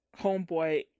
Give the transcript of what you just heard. homeboy